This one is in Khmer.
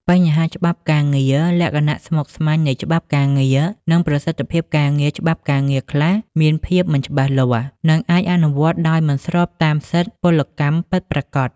បញ្ហាច្បាប់ការងារលក្ខណៈស្មុគស្មាញនៃច្បាប់ការងារ និងសិទ្ធិការងារច្បាប់ការងារខ្លះមានភាពមិនច្បាស់លាស់ និងអាចអនុវត្តដោយមិនស្របតាមសិទ្ធិពលកម្មពិតប្រាកដ។